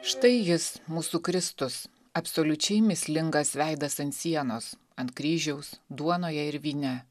štai jis mūsų kristus absoliučiai mįslingas veidas ant sienos ant kryžiaus duonoje ir vyne